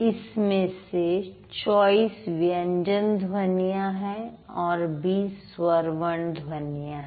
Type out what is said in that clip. इसमें से २४ व्यंजन ध्वनियां हैं और २० स्वर वर्ण ध्वनियां हैं